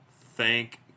Thank